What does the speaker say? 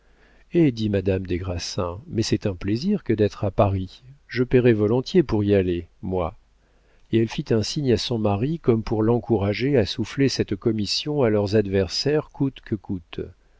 eh dit madame des grassins mais c'est un plaisir que d'être à paris je payerais volontiers pour y aller moi et elle fit un signe à son mari comme pour l'encourager à souffler cette commission à leurs adversaires coûte que coûte